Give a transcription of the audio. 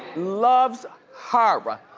loves her!